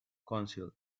council